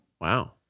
Wow